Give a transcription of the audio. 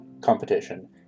competition